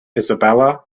isabella